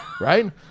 Right